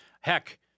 Heck